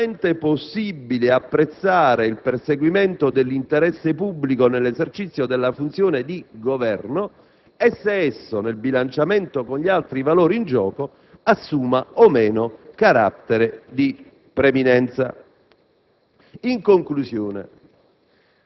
dai fatti illustrati, è possibile apprezzare il perseguimento dell'interesse pubblico nell'esercizio della funzione di governo e se esso, nel bilanciamento con gli altri valori in gioco, assuma o meno carattere di preminenza.